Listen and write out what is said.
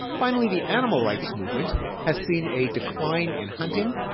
finally the animal rights movement has seen a decline in hunting.